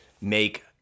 make